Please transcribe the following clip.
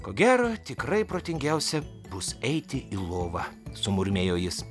ko gero tikrai protingiausia bus eiti į lovą sumurmėjo jis